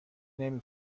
نمی